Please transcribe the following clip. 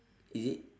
is it